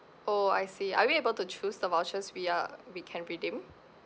oh I see are we able to choose the vouchers we are we can redeem